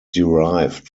derived